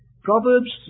Proverbs